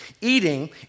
eating